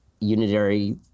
unitary